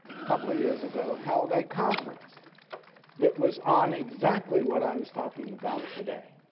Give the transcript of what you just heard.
a couple of years ago held a conference that was on exactly what i was talking about today.